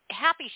happy